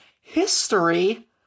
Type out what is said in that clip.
history